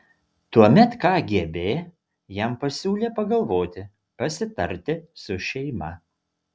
tuomet kgb jam pasiūlė pagalvoti pasitarti su šeima